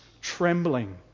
trembling